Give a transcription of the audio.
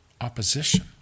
opposition